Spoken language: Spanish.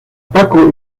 paco